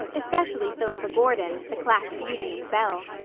especially philippa gordon, the class beauty and belle.